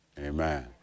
Amen